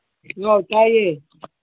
ꯇꯥꯏꯌꯦ